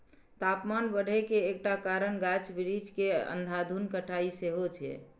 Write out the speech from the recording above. तापमान बढ़े के एकटा कारण गाछ बिरिछ के अंधाधुंध कटाइ सेहो छै